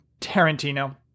Tarantino